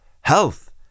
health